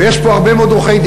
ויש פה הרבה מאוד עורכי-דין.